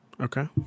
Okay